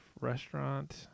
restaurant